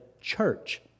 church